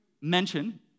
mention